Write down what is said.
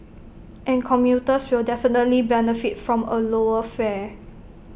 and commuters will definitely benefit from A lower fare